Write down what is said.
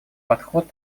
подход